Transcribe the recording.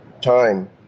time